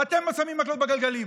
ואתם שמים מקלות בגלגלים.